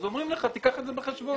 אומרים לך שתיקח את זה בחשבון.